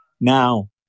Now